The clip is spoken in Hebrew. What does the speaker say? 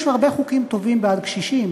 יש הרבה חוקים טובים בעד קשישים.